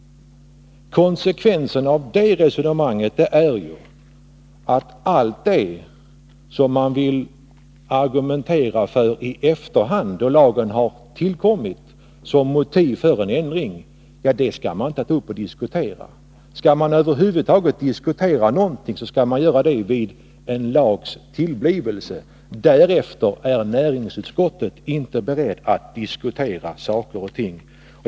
Konsekvensen av det resonemanget är ju att den argumentering som man vill föra i efterhand, dvs. då lagen har tillkommit, som motiv för en ändring skall man inte få föra. Vill man över huvud taget diskutera någonting, så skall man göra det vid en lags tillblivelse — därefter är näringsutskottet inte berett att diskutera saker och ting.